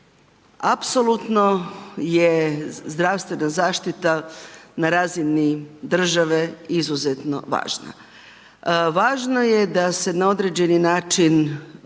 Apsolutno je zdravstvena zaštita na razini države izuzetno važna. Važno je da se na određeni način